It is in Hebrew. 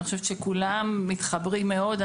אני חושבת שכולם מתחברים מאוד.